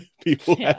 people